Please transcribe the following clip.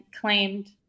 claimed